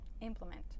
implement